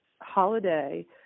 holiday